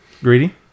Greedy